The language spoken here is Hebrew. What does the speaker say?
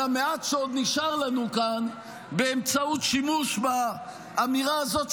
המעט שעוד נשאר לנו כאן באמצעות שימוש באמירה הזאת,